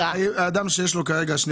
אדם שיש לו כרגע שני